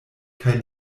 kaj